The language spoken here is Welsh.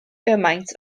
gymaint